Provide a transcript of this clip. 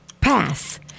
Pass